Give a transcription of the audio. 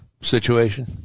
situation